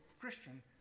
Christian